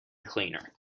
cleaner